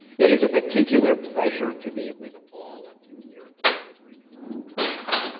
it is a particular pleasure to be with all of you here at the library of congress.